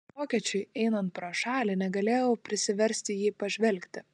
vokiečiui einant pro šalį negalėjau prisiversti į jį pažvelgti